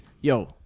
Yo